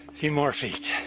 few more feet.